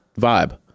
vibe